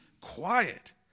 quiet